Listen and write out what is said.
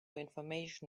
information